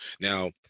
Now